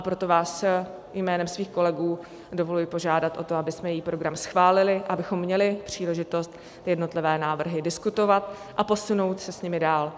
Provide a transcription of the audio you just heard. Proto si vás jménem svých kolegů dovoluji požádat o to, abychom její program schválili, abychom měli příležitost jednotlivé návrhy diskutovat a posunout se s nimi dál.